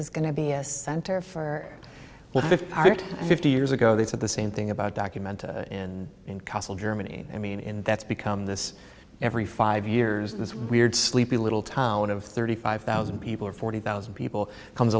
is going to be a center for art fifty years ago they said the same thing about documented in castle germany i mean that's become this every five years this weird sleepy little town of thirty five thousand people or forty thousand people comes